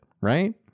right